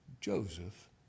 Joseph